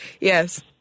Yes